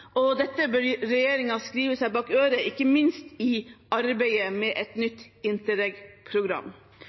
og dette bør regjeringen skrive seg bak øret, ikke minst i arbeidet med et nytt